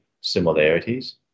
similarities